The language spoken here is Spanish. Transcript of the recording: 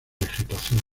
vegetación